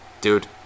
dude